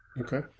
Okay